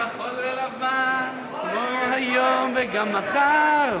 "כחול ולבן אתמול, היום וגם מחר.